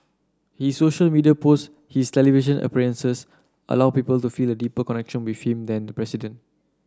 his social media posts his television appearances allow people to feel a deeper connection with him than the president